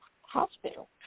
hospital